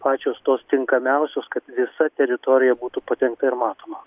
pačios tos tinkamiausios kad visa teritorija būtų padengta ir matoma